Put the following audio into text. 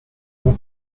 vous